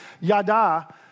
yada